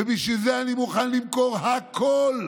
ובשביל זה אני מוכן למכור הכול,